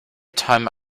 time